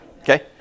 Okay